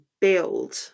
build